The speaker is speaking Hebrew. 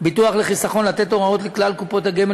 הביטוח והחיסכון לתת הוראות לכלל קופות הגמל,